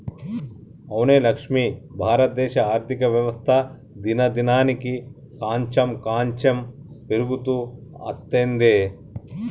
అవునే లక్ష్మి భారతదేశ ఆర్థిక వ్యవస్థ దినదినానికి కాంచెం కాంచెం పెరుగుతూ అత్తందే